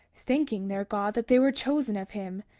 thanking their god that they were chosen of him,